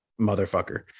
motherfucker